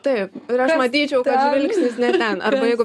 taip ir aš matyčiau kad žvilgsnis ne ten arba jeigu